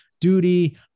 duty